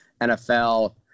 NFL